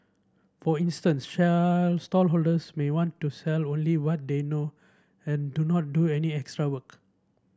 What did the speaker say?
for instance shall stallholders may want to sell only what they know and do not do any extra work